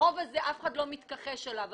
החוב הזה אף אחד לא מתכחש אליו,